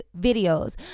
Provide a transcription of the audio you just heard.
videos